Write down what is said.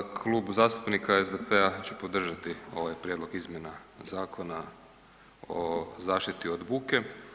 Klub zastupnika SDP-a će podržati ovaj prijedlog izmjena Zakona o zaštiti od buke.